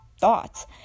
thoughts